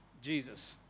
Jesus